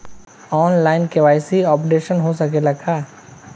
आन line KYC updation हो सकेला का?